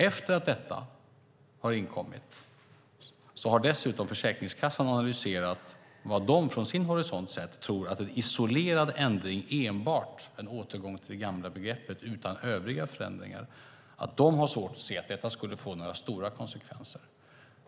Efter att detta har inkommit har Försäkringskassan dessutom analyserat vad de från sin horisont sett tror att enbart en isolerad ändring med en återgång till det gamla begreppet utan övriga förändringar skulle kosta. De har svårt att se att detta skulle få några stora konsekvenser.